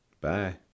Bye